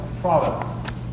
product